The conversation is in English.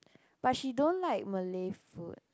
but she don't like Malay food